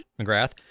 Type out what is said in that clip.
McGrath